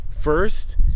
First